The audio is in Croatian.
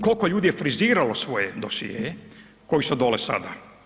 Koliko ljudi je friziralo svoje dosjee koji su dole sada?